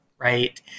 right